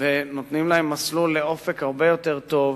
ונותנים להם מסלול לאופק הרבה יותר טוב.